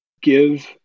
give